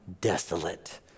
desolate